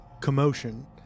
commotion